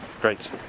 great